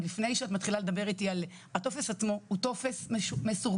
עוד לפני שמתחילים לדבר איתי על הטופס עצמו הוא טופס מסורבל.